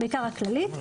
בעיקר, הכללית.